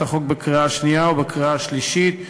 החוק בקריאה השנייה ובקריאה השלישית.